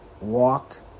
walked